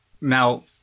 now